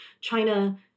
china